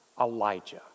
Elijah